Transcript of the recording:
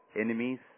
enemies